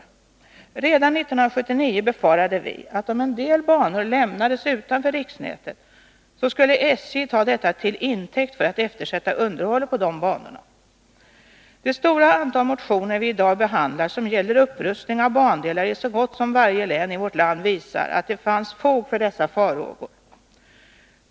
Redan 1979 befarade vi att om en del banor lämnades utanför riksnätet så skulle SJ ta detta till intäkt för att eftersätta underhållet på dessa banor. Detsstora antal motioner som vi i dag behandlar, som gäller upprustning av bandelar i så gott som varje län i vårt land, visar att det fanns fog för dessa farhågor.